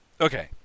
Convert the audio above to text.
Okay